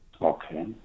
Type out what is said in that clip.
Okay